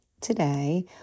today